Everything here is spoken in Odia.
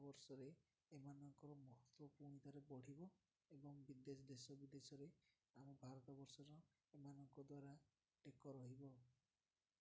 ବର୍ଷରେ ଏମାନଙ୍କର ମହତ୍ତ୍ୱ ପୁଣି ଥରେ ବଢ଼ିବ ଏବଂ ବିଦେଶ ଦେଶ ବିଦେଶରେ ଆମ ଭାରତ ବର୍ଷର ଏମାନଙ୍କ ଦ୍ୱାରା ଟେକ ରହିବ